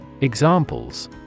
Examples